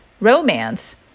romance